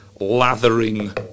lathering